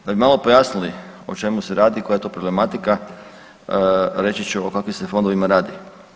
Da bi malo pojasnili o čemu se radi i koja je to problematika reći ću o kakvim se fondovima radi.